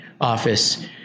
office